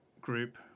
group